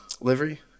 livery